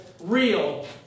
real